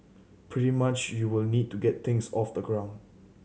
much you will need to get things off the ground